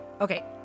Okay